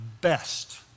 best